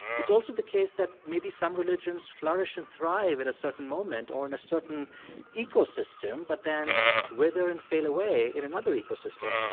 it's also the case that maybe some religions flourish and thrive at a certain moment or in a certain ecosystem but then wither and fail away in another ecosystem.